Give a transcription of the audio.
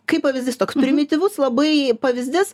kaip pavyzdys toks primityvus labai pavyzdys